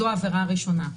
זו העבירה הראשונה.